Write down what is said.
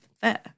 fair